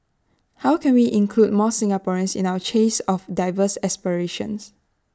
how can we include more Singaporeans in our chase of diverse aspirations